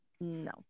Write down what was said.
no